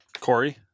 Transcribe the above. Corey